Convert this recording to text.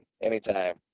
anytime